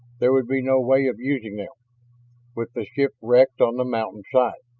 there would be no way of using them with the ship wrecked on the mountain side.